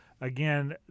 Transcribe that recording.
again